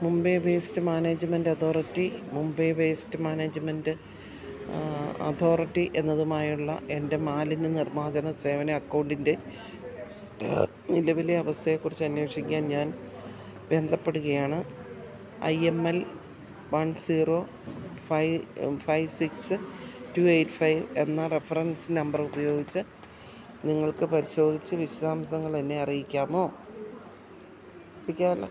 Mumbai waste management authority Mumbai waste management authority എന്നതുമായുള്ള എൻ്റെ മാലിന്യ നിർമ്മാർജന സേവന അക്കൗണ്ടിൻ്റെ നിലവിലെ അവസ്ഥയേക്കുറിച്ചന്വേഷിക്കാൻ ഞാൻ ബന്ധപ്പെടുകയാണ് I M L one zero ഫൈ five six two eight five എന്ന റഫറൻസ് നമ്പറുപയോഗിച്ച് നിങ്ങൾക്ക് പരിശോധിച്ച് വിശദാംശങ്ങളെന്നെ അറിയിക്കാമോ അറിയിക്കാമല്ലോ